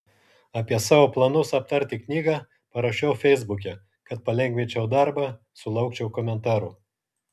apie savo planus aptarti knygą parašiau feisbuke kad palengvinčiau darbą sulaukčiau komentarų